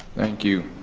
thank you,